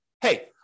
hey